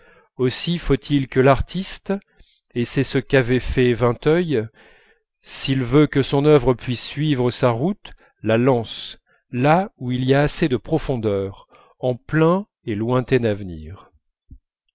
aussi faut-il que l'artiste et c'est ce qu'avait fait vinteuil s'il veut que son œuvre puisse suivre sa route la lance là où il y a assez de profondeur en plein et lointain avenir